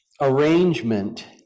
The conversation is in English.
arrangement